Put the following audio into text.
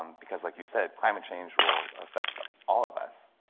um because like you said, climate change will affect all of us.